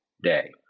day